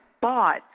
bought